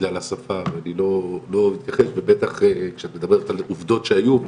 בגלל השפה ואני לא אתכחש ובטח שאת מדברת על עובדות שהיו,